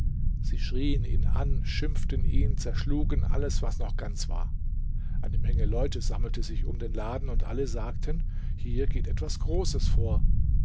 sie schrieen ihn an schimpften ihn zerschlugen alles was noch ganz war eine menge leute sammelte sich um den laden und alle sagten hier geht etwas großes vor